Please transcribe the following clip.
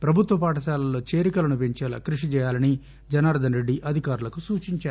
ప్రభుత్వ పాఠశాలల్లో చేరికలను పెంచేలా కృషి చేయాలని జనార్దన్రెడ్డి అధికారులకు సూచించారు